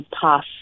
pass